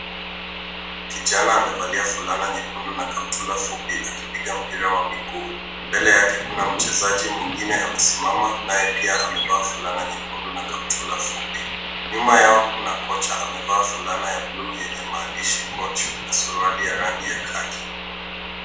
Kijana amevalia fulana nyekundu na kaptura fupi akipiga mpira wa miguu. Mbele yake Kuna mchezaji mwingine amesimama naye pia amevaa fulana nyekundu na kaptura fupi. Nyuma yao Kuna kocha amevaa fulana ya buluu yenye maandishi coach na suruali ya rangi ya kati.